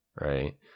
right